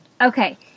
Okay